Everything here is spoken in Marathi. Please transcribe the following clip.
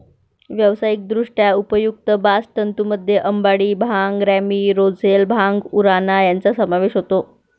व्यावसायिकदृष्ट्या उपयुक्त बास्ट तंतूंमध्ये अंबाडी, भांग, रॅमी, रोझेल, भांग, उराणा यांचा समावेश होतो